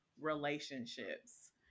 relationships